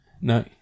no